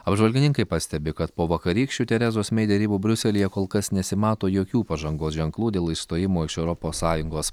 apžvalgininkai pastebi kad po vakarykščių terezos mei derybų briuselyje kol kas nesimato jokių pažangos ženklų dėl išstojimo iš europos sąjungos